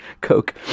coke